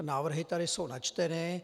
Návrhy tady jsou načteny.